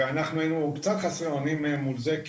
ואנחנו היינו קצת חסרי אונים מול זה,